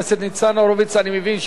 אני מבין שאתה מוותר על רשות הדיבור.